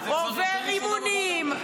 הוא עובר אימונים.